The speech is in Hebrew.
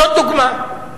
זאת דוגמה.